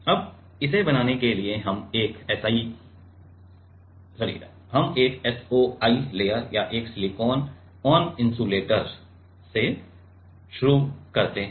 अब इसे बनाने के लिए हम एक SOI लेयर या एक सिलिकॉन ऑन इंसुलेटर से शुरू करते हैं